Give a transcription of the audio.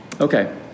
Okay